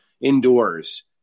indoors